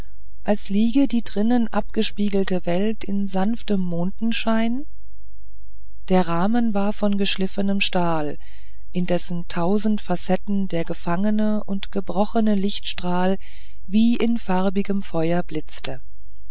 als liege die drinnen abgespiegelte welt in sanftem mondenschein der rahmen war von geschliffenem stahl in dessen tausenden facetten der gefangene und gebrochene lichtstrahl wie in farbigem feuer